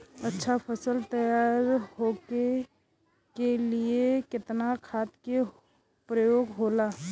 अच्छा फसल तैयार होके के लिए कितना खाद के प्रयोग होला?